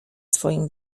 swoim